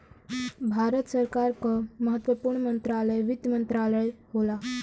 भारत सरकार क महत्वपूर्ण मंत्रालय वित्त मंत्रालय होला